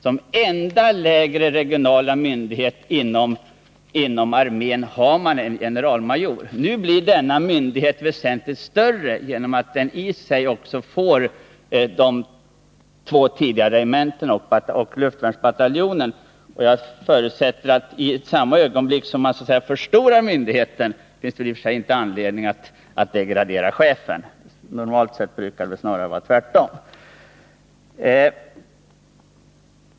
Som enda lägre regional myndighet inom armén har man en generalmajor som chef. Nu blir denna myndighet väsentligt större genom att den tillförs vad som i dag är två regementen och en luftvärnsbataljon. Det finns enligt min mening ingen anledning att degradera chefen i samma ögonblick som man förstorar myndigheten. Normalt brukar det väl snarare vara tvärtom.